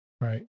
Right